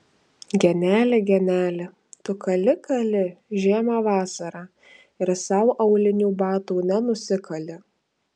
geneli geneli tu kali kali žiemą vasarą ir sau aulinių batų nenusikali